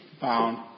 found